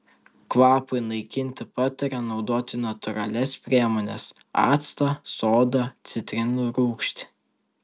kvapui naikinti patarė naudoti natūralias priemones actą sodą citrinų rūgštį